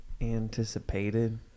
Anticipated